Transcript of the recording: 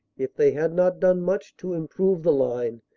if they had not done much to improve the line,